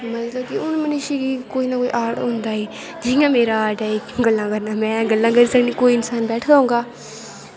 मतलव कि हून मनुश्य गी कोई ना कोई आर्ट होंदा गै ऐ जियां मेरा आर्ट ऐ गल्ल करना कोई इंसान बैठे दा होगा